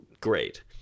great